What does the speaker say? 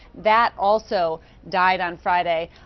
that also died on friday